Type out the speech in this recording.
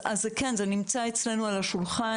אז כן, זה נמצא אצלנו על השולחן.